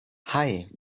hei